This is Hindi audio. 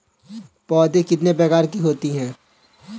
पौध कितने प्रकार की होती हैं?